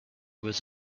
was